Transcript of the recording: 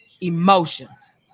emotions